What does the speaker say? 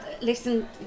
listen